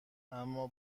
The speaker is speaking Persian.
اما